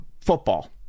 football